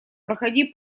проходи